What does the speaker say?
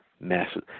Massive